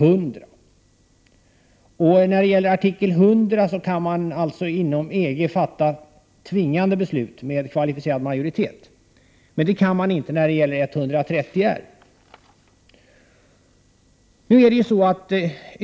Inom ramen för § 100 kan man inom EG fatta tvingande beslut med kvalificerad majoritet, men däremot inte inom ramen för § 130 R.